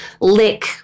lick